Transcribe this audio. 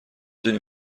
دونی